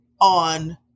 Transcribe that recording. on